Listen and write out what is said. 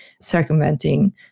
circumventing